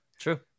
True